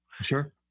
Sure